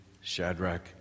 Shadrach